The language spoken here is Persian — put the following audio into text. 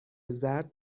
زرد